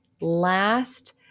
last